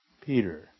Peter